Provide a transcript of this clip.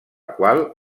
qual